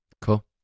Cool